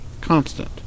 constant